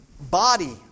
body